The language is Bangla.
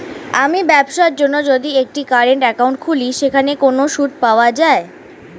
আমি ব্যবসার জন্য যদি একটি কারেন্ট একাউন্ট খুলি সেখানে কোনো সুদ পাওয়া যায়?